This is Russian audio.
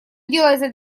делается